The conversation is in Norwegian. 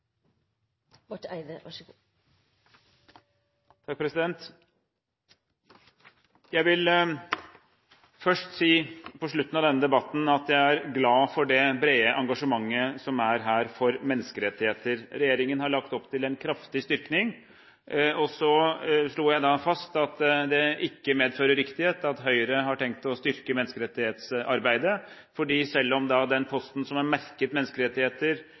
glad for det brede engasjementet som er her for menneskerettigheter. Regjeringen har lagt opp til en kraftig styrking. Så slo jeg fast at det ikke medfører riktighet at Høyre har tenkt å styrke menneskerettighetsarbeidet. Selv om den posten som er merket Menneskerettigheter